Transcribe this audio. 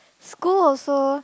school also